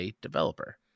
developer